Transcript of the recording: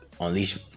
unleash